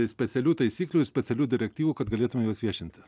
specialių taisyklių specialių direktyvų kad galėtume juos viešinti